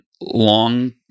long